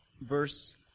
verse